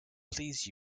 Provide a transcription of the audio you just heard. please